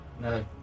No